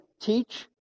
teach